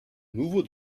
nouveau